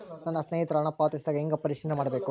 ನನ್ನ ಸ್ನೇಹಿತರು ಹಣ ಪಾವತಿಸಿದಾಗ ಹೆಂಗ ಪರಿಶೇಲನೆ ಮಾಡಬೇಕು?